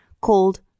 called